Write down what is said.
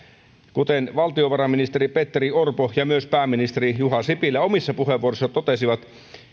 kuten valtiovarainministeri petteri orpo ja myös pääministeri juha sipilä omissa puheenvuoroissaan totesivat